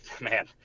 man